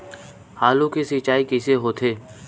आलू के सिंचाई कइसे होथे?